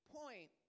point